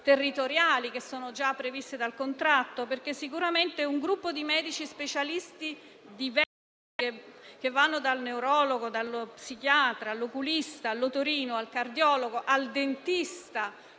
che sono già previste dal contratto. Un gruppo di medici specialisti, infatti, che va dal neurologo allo psichiatra, all'oculista, all'otorino, al cardiologo e al dentista,